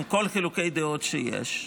עם כל חילוקי הדעות שיש,